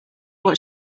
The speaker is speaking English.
what